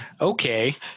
Okay